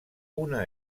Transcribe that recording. una